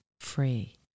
free